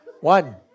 One